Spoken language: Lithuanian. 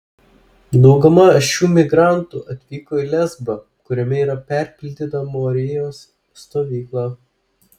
dauguma šių migrantų atvyko į lesbą kuriame yra perpildyta morijos stovykla